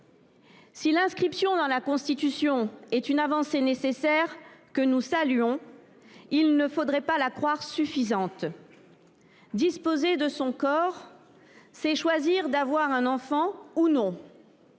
Si l’inscription dans la Constitution est une avancée nécessaire que nous saluons, il ne faudrait pas la croire suffisante. Disposer de son corps, c’est choisir d’avoir un enfant ou non.